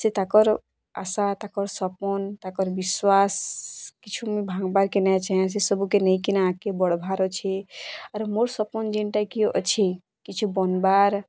ସେ ତାକର୍ ଆଶା ତାକର୍ ସପନ୍ ତାକର୍ ବିଶ୍ୱାସ୍ କିଛି ମୁଇଁ ଭାଙ୍ଗବାର୍ ନାଇଁ ଚାହୁଁଛେ ସବୁକେ ନେଇ ଆଗ୍କେ ବଢ଼୍ବାର୍ ଚାହୁଁଚେ ମୋର ସପନ୍ଟା ଯେନ୍ଟା ଅଛି କିଛୁ ବନ୍ବାର୍